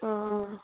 অঁ